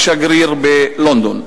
כשגריר בלונדון.